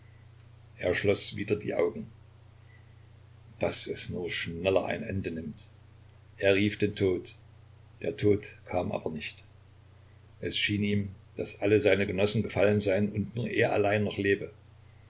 er schloß wieder die augen daß es nur schneller ein ende nimmt er rief den tod der tod kam aber nicht es schien ihm daß alle seine genossen gefallen seien und nur er allein noch lebe